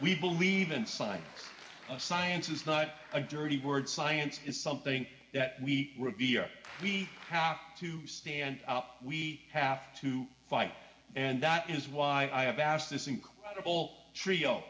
we believe in science science is not a dirty word science is something that we revere we have to stand we have to fight and that is why i have asked this incredible trio